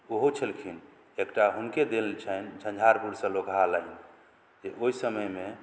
ओहो छलखिन एकटा हुनके देल छनि झंझारपुरसँ लोकहा लाइन जे ओहि समयमे